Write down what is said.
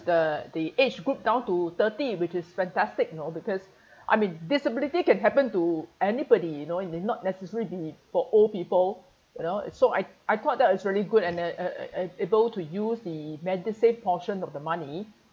the the age group down to thirty which is fantastic you know because I mean disability can happen to anybody you know need not necessarily be for old people you know it's so I I thought that was really good and that uh uh able to use the medisave portion of the money